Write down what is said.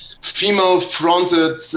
female-fronted